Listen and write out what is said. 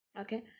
Okay